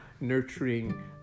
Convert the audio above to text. nurturing